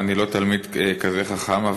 אני לא תלמיד כזה חכם,